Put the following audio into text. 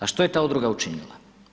A što je ta Udruga učinila?